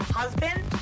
husband